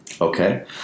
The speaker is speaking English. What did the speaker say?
Okay